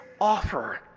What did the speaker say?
offer